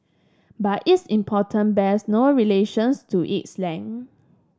but its importance bears no relations to its length